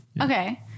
okay